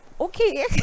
okay